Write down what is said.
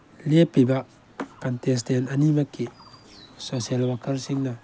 ꯂꯦꯞꯄꯤꯕ contestant ꯑꯅꯤꯃꯛꯀꯤ social ꯋꯥꯔꯀꯔꯁꯤꯡꯅ